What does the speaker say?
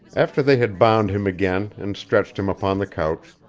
after they had bound him again and stretched him upon the couch,